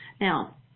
Now